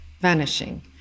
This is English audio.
vanishing